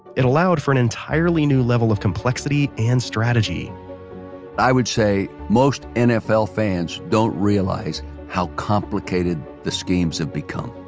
it allowed for an entirely new level of complexity and strategy i would say most nfl fans don't realize how complicated the schemes have become.